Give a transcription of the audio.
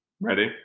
Ready